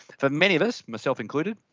for many of us, myself included,